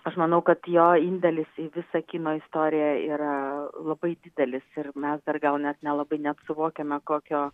aš manau kad jo indėlis į visą kino istoriją yra labai didelis ir mes dar gal net nelabai net nesuvokiame kokio